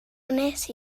wnes